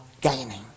gaining